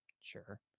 Sure